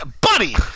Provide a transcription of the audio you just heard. Buddy